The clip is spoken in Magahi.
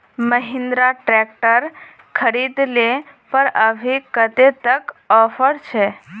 महिंद्रा ट्रैक्टर खरीद ले पर अभी कतेक तक ऑफर छे?